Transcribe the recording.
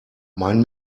mein